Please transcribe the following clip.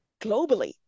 globally